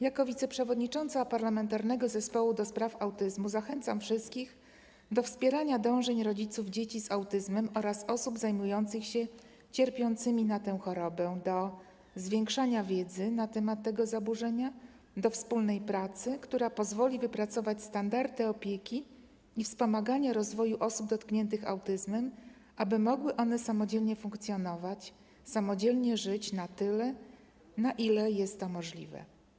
Jako wiceprzewodnicząca Parlamentarnego Zespołu ds. Autyzmu zachęcam wszystkich do wspierania dążeń rodziców dzieci z autyzmem oraz osób zajmujących się cierpiącymi na tę chorobę do zwiększania wiedzy na temat tego zaburzenia, do wspólnych działań, które pozwolą wypracować standardy opieki i wspomagania rozwoju osób dotkniętych autyzmem, aby mogły one samodzielnie funkcjonować, samodzielnie żyć na tyle, na ile jest to możliwe.